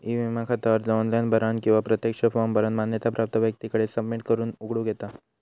E विमा खाता अर्ज ऑनलाइन भरानं किंवा प्रत्यक्ष फॉर्म भरानं मान्यता प्राप्त व्यक्तीकडे सबमिट करून उघडूक येता